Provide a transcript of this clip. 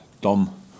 Dom